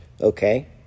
okay